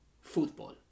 football